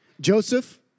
Joseph